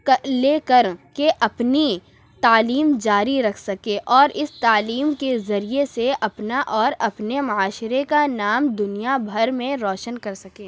لے کر کے اپنی تعلیم جاری رکھ سکیں اور اس تعلیم کے ذریعے سے اپنا اور اپنے معاشرے کا نام دنیا بھر میں روشن کر سکیں